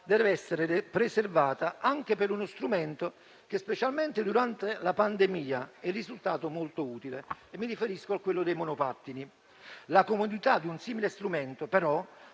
dev'essere preservata anche per uno strumento che, specialmente durante la pandemia, è risultato molto utile e mi riferisco ai monopattini. La comodità di un simile strumento però